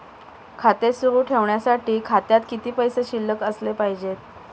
खाते सुरु ठेवण्यासाठी खात्यात किती पैसे शिल्लक असले पाहिजे?